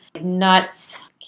nuts